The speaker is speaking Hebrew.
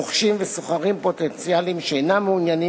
רוכשים ושוכרים פוטנציאליים שאינם מעוניים